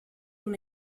una